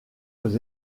aux